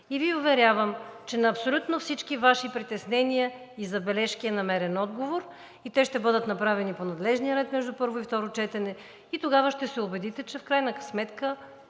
и Ви уверявам, че на абсолютно всички Ваши притеснения и забележки е намерен отговор и те ще бъдат направени по надлежния ред между първо и второ четене, и тогава ще се убедите, че в крайна сметка,